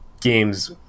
games